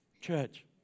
Church